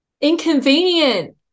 inconvenient